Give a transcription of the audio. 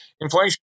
inflation